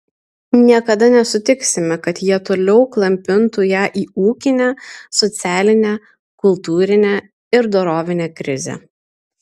niekada nesutiksime kad jie toliau klampintų ją į ūkinę socialinę kultūrinę ir dorovinę krizę